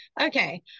okay